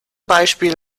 beispiel